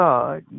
God